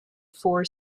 four